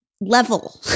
level